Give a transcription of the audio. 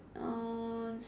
uh